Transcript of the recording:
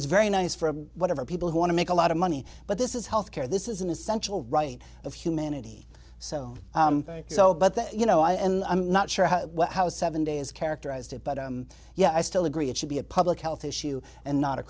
is very nice for whatever people who want to make a lot of money but this is health care this is an essential right of humanity so so but that you know and i'm not sure how seven day is characterized it but yeah i still agree it should be a public health issue and not a